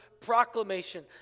proclamation